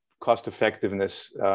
cost-effectiveness